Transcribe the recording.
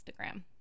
instagram